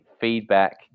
feedback